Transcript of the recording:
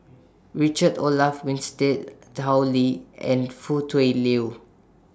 Richard Olaf Winstedt Tao Li and Foo Tui Liew